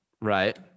Right